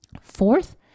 Fourth